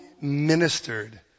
ministered